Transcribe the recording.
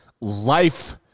life –